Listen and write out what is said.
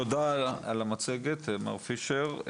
תודה על המצגת, מר פישר.